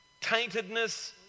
taintedness